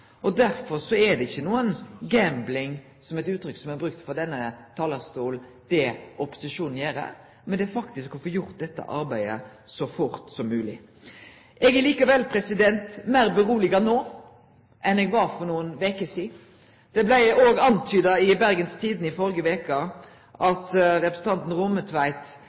er det ikkje noko gambling – som er eit uttrykk som har blitt brukt frå denne talarstolen – det opposisjonen gjer, men det er faktisk for å få gjort dette arbeidet så fort som mogleg. Eg er likevel meir roleg no enn eg var for nokre veker sidan. Det blei også nemnt i Bergens Tidende i førre veke at representanten